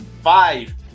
five